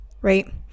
right